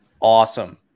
awesome